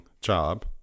job